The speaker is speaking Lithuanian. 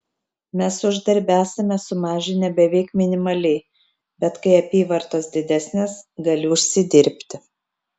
mes uždarbį esame sumažinę beveik minimaliai bet kai apyvartos didesnės gali užsidirbti